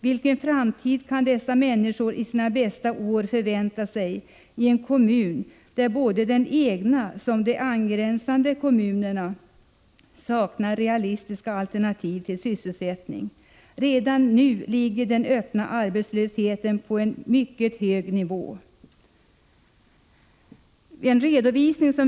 Vilken framtid kan dessa människor i sina bästa år förvänta sig när såväl den egna kommunen som de angränsande kommunerna saknar realistiska sysselsättningsalternativ? Redan nu ligger den öppna arbetslösheten på en mycket hög nivå.